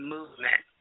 Movement